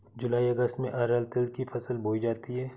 जूलाई अगस्त में अरहर तिल की फसल बोई जाती हैं